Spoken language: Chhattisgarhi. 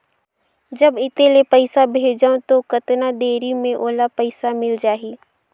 जब इत्ते ले पइसा भेजवं तो कतना देरी मे ओला पइसा मिल जाही?